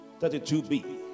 32b